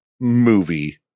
movie